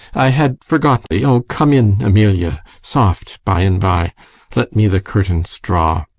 i had forgot thee o, come in, emilia soft by and by let me the curtains draw